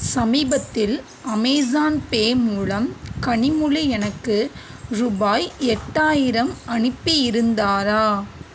சமீபத்தில் Amazon Pay மூலம் கனிமொழி எனக்கு ரூபாய் எட்டாயிரம் அனுப்பியிருந்தாரா